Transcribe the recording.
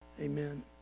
Amen